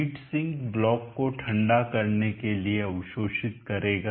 heat sink block को ठंडा करने के लिए अवशोषित करेगा